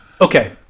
okay